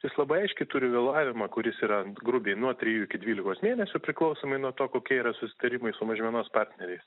jis labai aiškiai turi vėlavimą kuris yra grubiai nuo trijų iki dvylikos mėnesių priklausomai nuo to kokie yra susitarimai su mažmenos partneriais